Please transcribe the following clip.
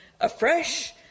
afresh